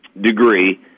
degree